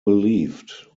believed